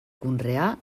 conrear